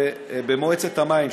במועצת המים,